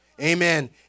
Amen